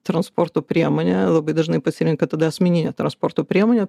transporto priemonę labai dažnai pasirenka tada asmeninę transporto priemonę